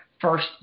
first